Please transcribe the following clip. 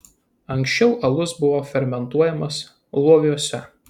anksčiau alus buvo fermentuojamas loviuose